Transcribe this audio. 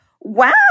wow